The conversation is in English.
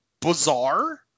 bizarre